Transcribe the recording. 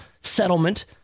settlement